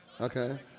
okay